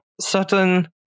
certain